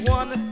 one